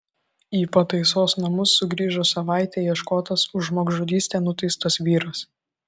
į pataisos namus sugrįžo savaitę ieškotas už žmogžudystę nuteistas vyras